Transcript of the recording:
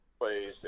plays